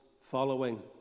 following